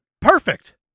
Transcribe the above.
Perfect